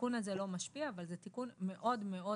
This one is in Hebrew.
שהתיקון הזה לא משפיע אבל זה תיקון מאוד משמעותי